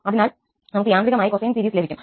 അതിനാൽ നമുക്ക് യാന്ത്രികമായി കൊസൈൻ സീരീസ് ലഭിക്കും